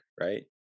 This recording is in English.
right